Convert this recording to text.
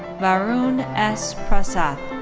varun s prasath.